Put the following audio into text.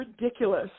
ridiculous